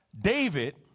David